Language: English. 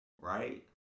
right